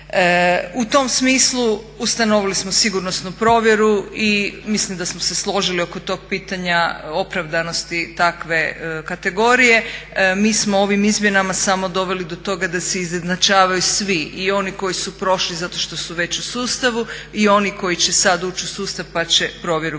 U tom smislu ustanovili smo sigurnosnu provjeru i mislim da smo se složili oko tog pitanja opravdanosti takve kategorije. Mi smo ovim izmjenama samo doveli do toga da se izjednačavaju svi i oni koji su prošli zato što su već u sustavu i oni koji su prošli zato što su već u